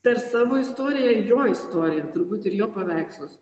per savo istoriją jo istoriją turbūt ir jo paveikslus